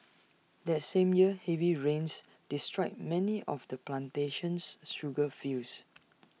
that same year heavy rains destroyed many of the plantation's sugar fields